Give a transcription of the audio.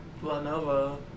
Lenovo